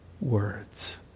words